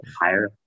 higher